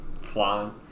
flying